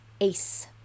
ace